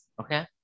Okay